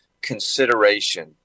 consideration